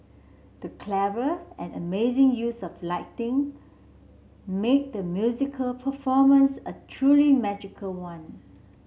the clever and amazing use of lighting made the musical performance a truly magical one